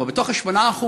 מתוך ה-8%,